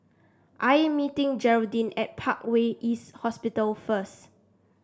I'm meeting Geraldine at Parkway East Hospital first